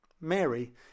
Mary